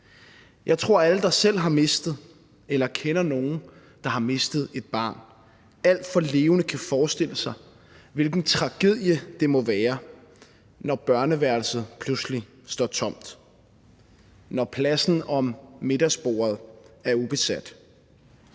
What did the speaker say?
Jeg tror, at alle, der selv har mistet, eller kender nogen, der har mistet et barn, alt for levende kan forestille sig, hvilken tragedie det må være, når børneværelset pludselig står tomt, når pladsen om middagsbordet er ubesat,